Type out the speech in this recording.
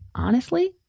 honestly,